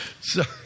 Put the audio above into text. sorry